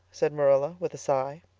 said marilla, with a sigh.